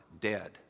dead